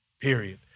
period